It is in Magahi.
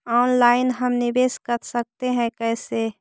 ऑनलाइन हम निवेश कर सकते है, कैसे?